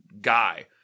guy